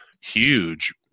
huge